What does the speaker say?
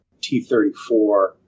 T-34